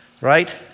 right